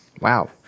Wow